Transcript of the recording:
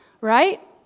right